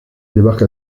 débarque